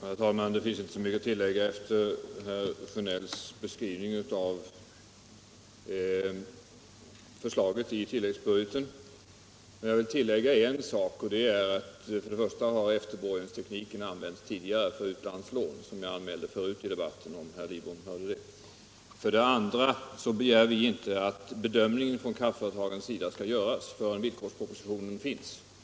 Herr talman! Det finns inte så mycket att tillägga efter herr Sjönells beskrivning av förslaget i tilläggsbudgeten. Jag vill emellertid understryka ett par saker. För det första har efterborgenstekniken använts tidigare, för utlandslån. Jag anförde det förut i debatten, vilket herr Lidbom kanske hörde. För det andra begär vi inte att kraftföretagen skall göra sin bedömning förrän villkorspropositionen föreligger.